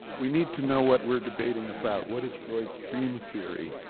we need to know what we're debating about. what is freud's dream theory?